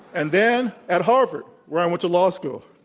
and then at harvard, where i went to law school.